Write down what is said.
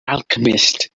alchemist